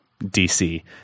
DC